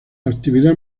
actividad